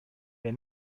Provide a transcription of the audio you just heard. der